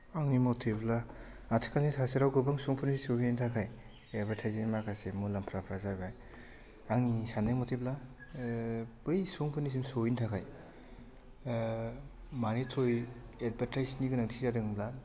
आंनि मथेब्ला आथिखालनि थासारियाव गोबां सुबुंफोरनिसिम सहैनो थाखाय एदभार्तायजिंनि माखासे मुलाम्फाफ्रा जाबाय आं सान्नाय मथेब्ला बै सुबुंफोरनिसिम सहैनो थाखाय मानि थ्रयै एदभार्तायजनि गोनांथि जादों होनब्ला